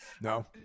no